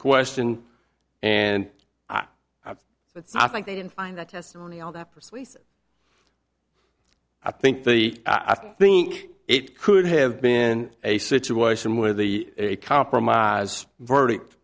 question and so it's not like they didn't find that testimony all that persuasive i think the i think it could have been a situation where the a compromise verdict